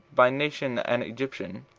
by nation an egyptian,